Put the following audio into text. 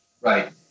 Right